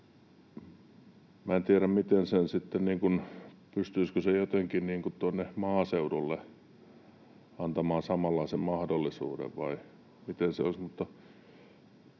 en tiedä, pystyisikö jotenkin maaseudulle antamaan samanlaisen